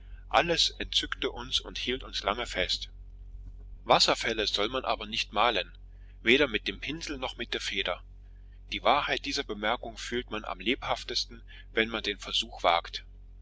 alles entzückte uns und hielt uns lange fest wasserfälle soll man aber nicht malen weder mit dem pinsel noch mit der feder die wahrheit dieser bemerkung fühlt man am lebhaftesten wenn man den versuch wagt